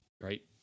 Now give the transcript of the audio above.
right